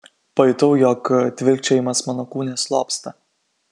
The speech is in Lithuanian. pajutau jog tvilkčiojimas mano kūne slopsta